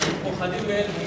אנחנו פוחדים מאלקין.